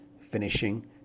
finishing